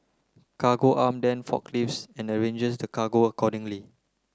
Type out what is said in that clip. Cargo Arm then forklifts and arranges the cargo accordingly